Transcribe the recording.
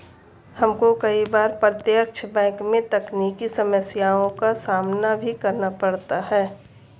हमको कई बार प्रत्यक्ष बैंक में तकनीकी समस्याओं का सामना भी करना पड़ता है